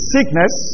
Sickness